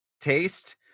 taste